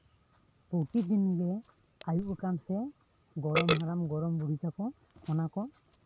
ᱯᱨᱚᱛᱤᱫᱤᱱᱜᱮ ᱟᱭᱩᱵ ᱟᱠᱟᱱ ᱥᱮ ᱜᱚᱲᱚᱢ ᱦᱟᱲᱟᱢ ᱜᱚᱲᱚᱢ ᱵᱩᱲᱦᱤ ᱛᱟᱠᱚ ᱚᱱᱟ ᱠᱚ